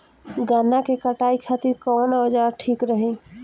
गन्ना के कटाई खातिर कवन औजार ठीक रही?